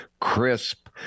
crisp